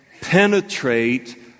penetrate